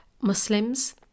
Muslims